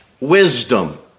Wisdom